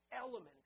element